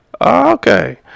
okay